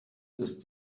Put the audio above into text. ist